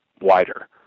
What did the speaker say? wider